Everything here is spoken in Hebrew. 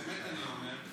באמת אני אומר,